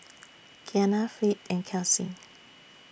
Kianna Fleet and Kelsey